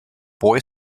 boy